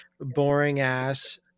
boring-ass –